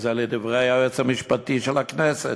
וזה לדברי היועץ המשפטי של הכנסת.